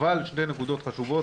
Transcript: אבל שתי נקודות חשובות.